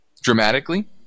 dramatically